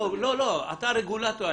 אתה רגולטור.